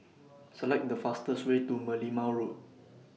Select The fastest Way to Merlimau Road